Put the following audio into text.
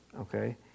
okay